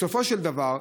בסופו של דבר,